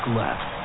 left